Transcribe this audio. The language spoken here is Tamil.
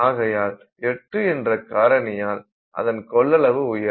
ஆகையால் 8 என்ற காரணியால் அதன் கொள்ளளவு உயரும்